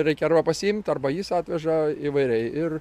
reikia arba pasiimt arba jis atveža įvairiai ir